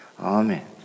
Amen